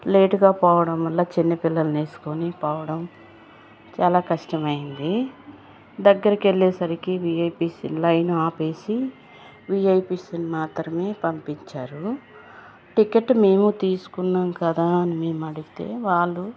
లేటుగా పోవడం వల్ల చిన్న పిల్లల్నేస్కోని పోవడం చాలా కష్టమైంది దగ్గరికి వెళ్ళేసరికి వీఐపీస్ లైన్ ఆపేసి వీఐపీస్ని మాత్రమే పంపించారు టికెట్ మేము తీస్కున్నాం కదా అని మేమడిగితే వాళ్ళు